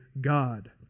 God